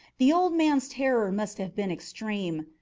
the old man's terror must have been extreme!